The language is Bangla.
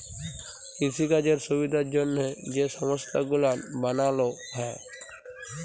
কিসিকাজের সুবিধার জ্যনহে যে সংস্থা গুলান বালালো হ্যয়